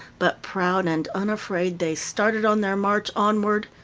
but proud and unafraid they started on their march onward,